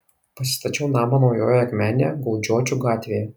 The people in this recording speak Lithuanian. pasistačiau namą naujojoje akmenėje gaudžiočių gatvėje